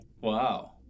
Wow